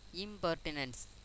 impertinence